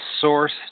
source